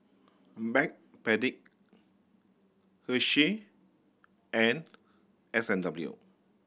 Backpedic Hershey and S and W